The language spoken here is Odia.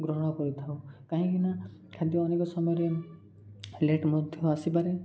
ଗ୍ରହଣ କରିଥାଉ କାହିଁକିନା ଖାଦ୍ୟ ଅନେକ ସମୟରେ ଲେଟ୍ ମଧ୍ୟ ଆସିବାରେ